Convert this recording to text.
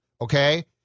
okay